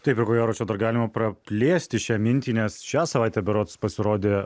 taip ir ko gero čia dar galima praplėsti šią mintį nes šią savaitę berods pasirodė